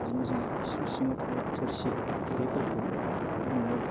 बिदिनो जों इसिं सिङाव थानाय थोरसि खुरैफोरखौ न'आव